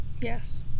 Yes